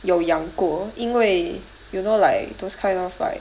有养过因为 you know like those kind of like